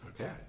Okay